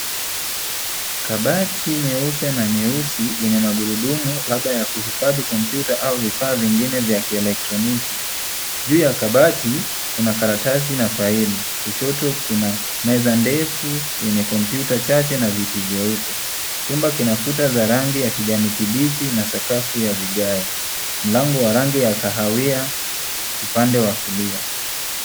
Kabati nyeupe na nyeusi yenye magurudumu labda ya kuhifadhi kompyuta au vifaa vingine vya kielektroniki. Juu ya kabati, kuna karatasi na faili; kushoto kuna meza ndefu yenye kompyuta chache na viti vyeupe. Chumba kinakuta za rangi ya kijani kibichi na sakafu ya vigae. Mlango wa rangi ya kahawia, upande wa kulia.